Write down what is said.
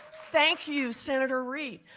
thank you, senator reid.